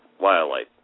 wildlife